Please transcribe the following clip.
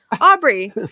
Aubrey